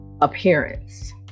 appearance